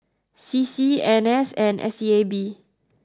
C C N S and S E A B